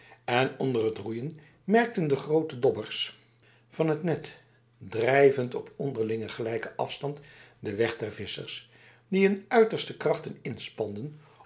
en onder het roeien merkten de grote dobbers van het net drijvend op onderling gelijke afstanden de weg der vissers die hun uiterste krachten inspanden